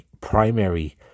primary